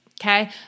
okay